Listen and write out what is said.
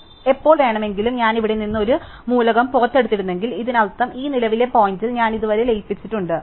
അതിനാൽ എപ്പോൾ വേണമെങ്കിലും ഞാൻ ഇവിടെ നിന്ന് ഒരു മൂലകം പുറത്തെടുത്തിരുന്നെങ്കിൽ ഇതിനർത്ഥം ഈ നിലവിലെ പോയിന്ററിൽ ഞാൻ ഇത് വരെ ലയിപ്പിച്ചിട്ടുണ്ട്